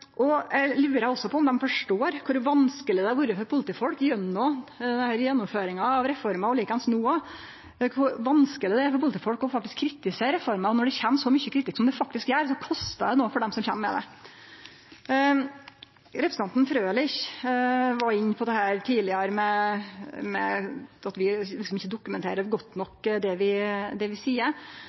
Eg lurer òg på om dei forstår kor vanskeleg det har vore for politifolk gjennom gjennomføringa av denne reforma, og likeins no, faktisk å kritisere reforma. Når det kjem så mykje kritikk som det faktisk gjer, kostar det noko for dei som kjem med det. Representanten Frølich var tidlegare inne på dette med at vi liksom ikkje dokumenterer godt nok det vi seier, men dokumentasjonen frå regjeringspartia her i dag er tydelegvis Arne Johannessen. Men den kritikken som vi